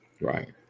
Right